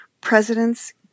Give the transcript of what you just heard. presidents